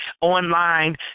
online